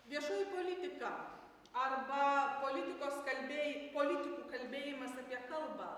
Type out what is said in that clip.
viešoji politika arba politikos kalbėj politikų kalbėjimas apie kalbą labai